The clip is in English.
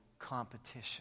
Competition